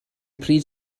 pryd